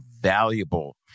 valuable